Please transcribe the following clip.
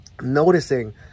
noticing